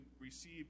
receive